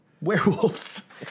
Werewolves